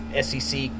SEC